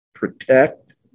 protect